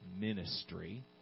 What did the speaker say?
ministry